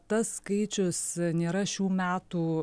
tas skaičius nėra šių metų